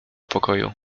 pokoju